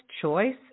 choice